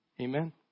amen